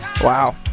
Wow